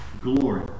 Glory